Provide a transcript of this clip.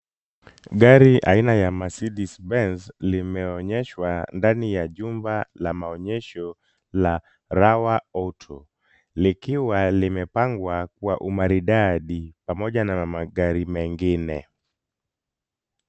Gari aina ya Mercedes Benz limeonyeshwa ndani ya jumba la maonyesho la Rawa Auto, likiwa limepangwa kwa umaridadi pamoja na magari mengine.